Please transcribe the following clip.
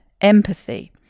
empathy